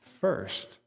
first